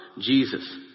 Jesus